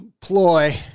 ploy